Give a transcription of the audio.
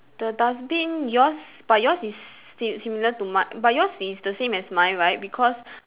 the dustbin yours but yours is si~ similar to mine but yours is the same as mine right because